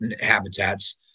habitats